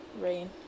rain